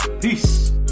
Peace